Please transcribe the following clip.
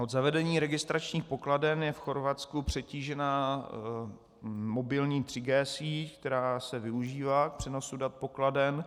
Od zavedení registračních pokladen je v Chorvatsku přetížená mobilní 3G síť, která se využívá k přenosu dat pokladen.